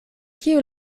kiu